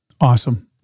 Awesome